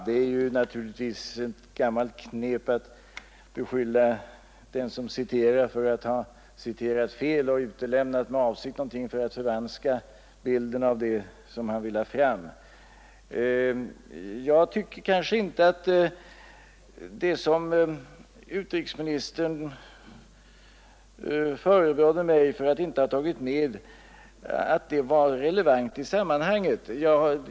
Herr talman! Det är ett gammalt knep att beskylla den som har citerat för att ha citerat fel och med avsikt utelämnat någonting för att förvanska bilden av det som han vill ha fram. Jag tycker inte att det som utrikesministern förebrådde mig för att jag inte har tagit med var relevant i sammanhanget.